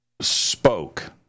spoke